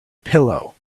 pillow